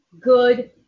good